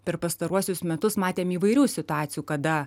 per pastaruosius metus matėm įvairių situacijų kada